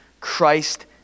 Christ